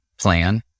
plan